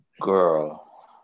Girl